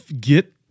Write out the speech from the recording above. get